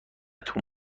تون